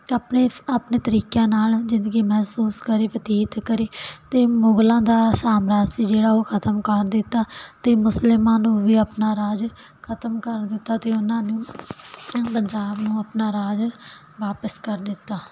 ਅਤੇ ਆਪਣੇ ਆਪਣੇ ਤਰੀਕਿਆਂ ਨਾਲ ਜ਼ਿੰਦਗੀ ਮਹਿਸੂਸ ਕਰੇ ਬਤੀਤ ਕਰੇ ਅਤੇ ਮੁਗਲਾਂ ਦਾ ਸਾਮਰਾਜ ਸੀ ਜਿਹੜਾ ਉਹ ਖਤਮ ਕਰ ਦਿੱਤਾ ਅਤੇ ਮੁਸਲਿਮਾਂ ਨੂੰ ਵੀ ਆਪਣਾ ਰਾਜ ਖਤਮ ਕਰ ਦਿੱਤਾ ਅਤੇ ਉਨ੍ਹਾਂ ਨੂੰ ਪੰਜਾਬ ਨੂੰ ਆਪਣਾ ਰਾਜ ਵਾਪਸ ਕਰ ਦਿੱਤਾ